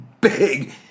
big